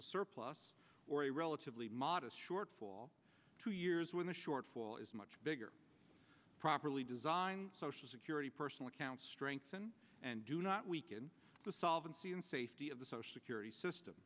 a surplus or a relatively modest shortfall two years when the shortfall is much bigger properly designed social security personal accounts strengthen and do not weaken the solvency and safety of the social security system